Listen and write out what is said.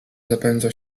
zapędza